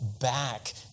back